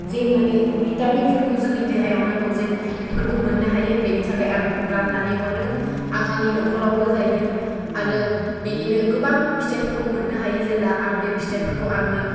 जे माने भिटामिनफोरखौ जोंनि देहायाव नांगौ जेन बेफोरखौ मोननो हायो बेनि थाखाय आं राननानै हरो आं आंनि न'खरावबो जायो आरो बेनिनो गोबां फिथाइफोरखौ मोननो हायो जेब्ला आं बे फिथाइफोरखौ आङो